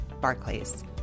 Barclays